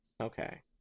Okay